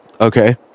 Okay